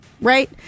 Right